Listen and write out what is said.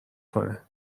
کنه